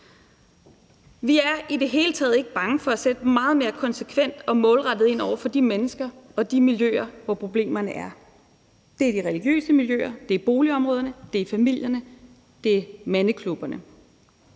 Vi er i det hele taget ikke bange for at sætte meget mere konsekvent og målrettet ind over for de mennesker og de miljøer, hvor problemerne er. Det er i de religiøse miljøer, det er i boligområderne, det er i familierne, og det er i mandeklubberne.